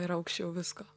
yra aukščiau visko